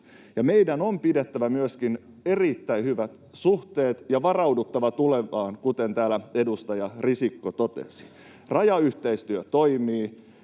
Meidän on pidettävä myöskin erittäin hyvät suhteet ja varauduttava tulevaan, kuten täällä edustaja Risikko totesi. Rajayhteistyö toimii,